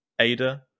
ADA